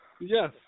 Yes